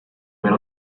per